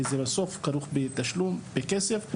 כי זה בסוף כרוך בתשלום, בכסף.